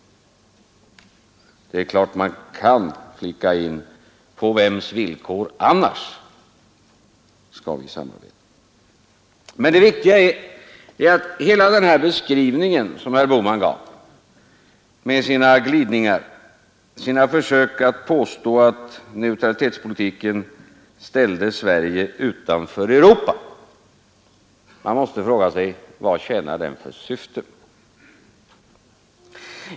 Det är klart att man kan flika in: På vems villkor annars skall vi samarbeta? Men det viktiga är att inför hela den här beskrivningen som herr Bohman gav med sina glidningar, sina försök att påstå att neutralitetspolitiken ställde Sverige utanför Europa, måste man fråga sig: Vad tjänar den för syfte?